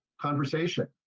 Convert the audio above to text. conversation